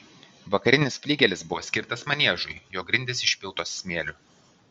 vakarinis fligelis buvo skirtas maniežui jo grindys išpiltos smėliu